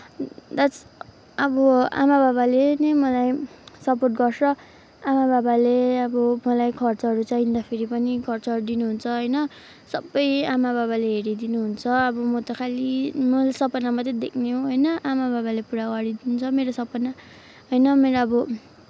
that's अब आमा बाबाले नै मलाई सपोर्ट गर्छ आमा बाबाले अब मलाई खर्चहरू चाहिँदाखेरि पनि खर्चहरू दिनुहुन्छ होइन सबै आमा बाबाले हेरिदिनुहुन्छ अब म त खालि मैले सपना मात्रै देख्ने हो होइन आमा बाबाले पुरा गरिदिन्छ मेरो सपना होइन मेरो अब